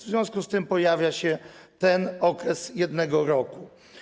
W związku z tym pojawia się ten okres 1 roku.